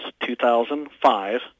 2005